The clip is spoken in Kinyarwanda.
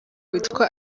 witwa